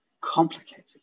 complicated